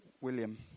William